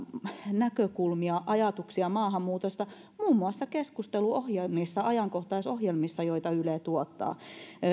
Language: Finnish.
näkökulmia ajatuksia maahanmuutosta muun muassa keskusteluohjelmissa ajankohtaisohjelmissa joita yle tuottaa suomalaisista